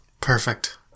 Perfect